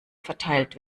verteilt